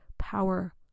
power